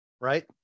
Right